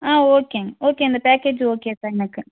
ஆ ஓகேங்க ஓகே இந்த package okay okay தான் எனக்கு